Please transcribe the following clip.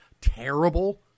terrible